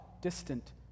distant